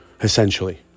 Essentially